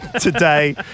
today